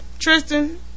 Tristan